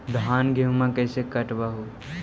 धाना, गेहुमा कैसे कटबा हू?